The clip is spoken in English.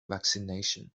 vaccination